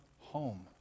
home